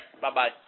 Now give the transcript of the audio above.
bye-bye